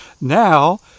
now